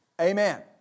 Amen